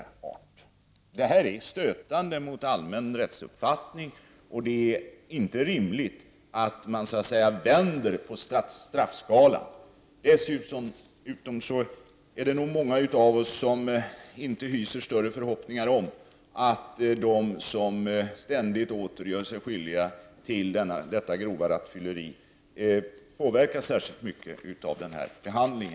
Detta är stötande enligt allmän rättsuppfattning. Det är inte rimligt att man så att säga vänder på straffskalan. Dessutom är det nog många av oss som inte hyser större förhoppningar om att de som ständigt gör sig skyldiga till grovt rattfylleri påverkas särskilt mycket av denna typ av behandling.